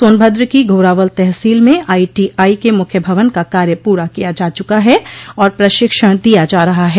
सोनभद्र की घोरावल तहसील में आईटीआई के मुख्य भवन का कार्य पूरा किया जा चुका है और प्रशिक्षण दिया जा रहा है